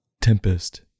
Tempest